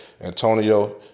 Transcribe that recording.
Antonio